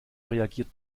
reagiert